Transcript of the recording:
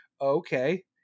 Okay